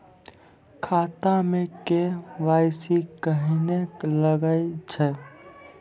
खाता मे के.वाई.सी कहिने लगय छै?